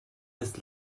des